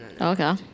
Okay